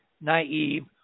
naive